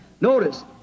Notice